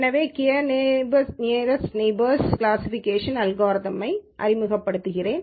எனவே K nearest neighbours classification அல்காரிதம்யை அறிமுகப்படுத்துகிறேன்